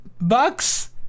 bucks